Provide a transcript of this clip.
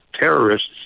terrorists